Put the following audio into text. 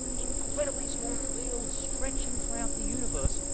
incredibly small field stretching throughout the universe,